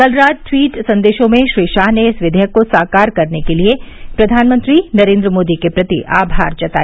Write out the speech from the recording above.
कल रात ट्वीट संदशों में श्री शाह ने इस विधेयक को साकार करने के लिए प्रधानमंत्री नरेन्द्र मोदी के प्रति आमार जताया